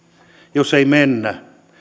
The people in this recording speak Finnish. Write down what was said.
jos ei mennä